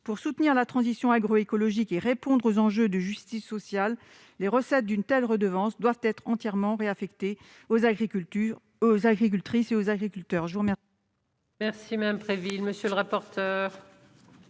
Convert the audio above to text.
Pour soutenir la transition agroécologique et répondre aux enjeux de justice sociale, les recettes d'une telle redevance doivent être entièrement réaffectées aux agricultrices et agriculteurs.